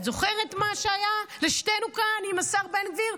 את זוכרת מה שהיה לשתינו כאן עם השר בן גביר?